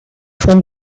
font